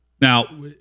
Now